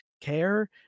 care